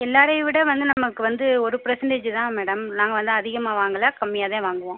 எல்லாரையும் விட வந்து நமக்கு வந்து ஒரு பெர்சன்டேஜு தான் மேடம் நாங்கள் வந்து அதிகமாக வாங்கலை கம்மியாகதான் வாங்குவோம்